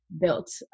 built